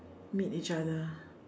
meet each other